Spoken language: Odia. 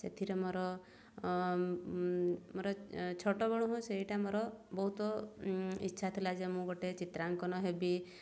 ସେଥିରେ ମୋର ମୋର ଛୋଟବେଳୁ ହିଁ ସେଇଟା ମୋର ବହୁତ ଇଚ୍ଛା ଥିଲା ଯେ ମୁଁ ଗୋଟେ ଚିତ୍ରାଙ୍କନ ହେବି